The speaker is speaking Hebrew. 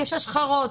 יש השחרות.